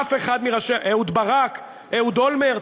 אף אחד מראשי, אהוד ברק, אהוד אולמרט.